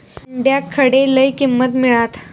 अंड्याक खडे लय किंमत मिळात?